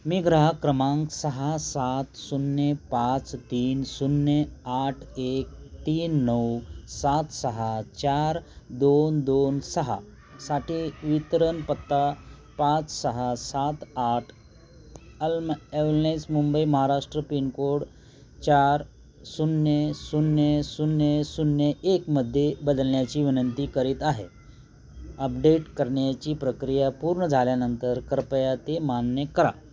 मी ग्राहक क्रमांक सहा सात शून्य पाच तीन शून्य आठ एक तीन नऊ सात सहा चार दोन दोन सहासाठी वितरण पत्ता पाच सहा सात आठ अल्म एलनेस मुंबई महाराष्ट्र पिनकोड चार शून्य शून्य शून्य एकमध्ये बदलण्याची विनंती करीत आहे अपडेट करण्याची प्रक्रिया पूर्ण झाल्यानंतर कृपया ते मान्य करा